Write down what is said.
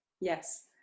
Yes